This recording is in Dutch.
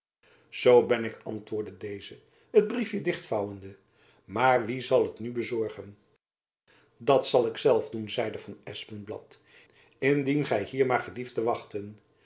zoo ben ik antwoordde deze het briefjen dicht vouwende maar wie zal het nu bezorgen dat zal ik zelf doen zeide van espenblad indien gy hier maar gelieft te wachten